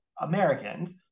Americans